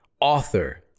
author